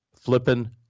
flippin